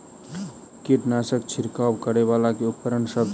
कीटनासक छिरकाब करै वला केँ उपकरण सब छै?